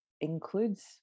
includes